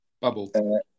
bubble